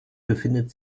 befindet